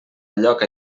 lloc